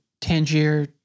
Tangier